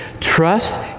trust